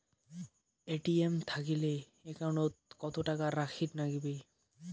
ATM থাকিলে account ওত কত টাকা রাখীর নাগে?